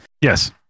Yes